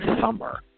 summer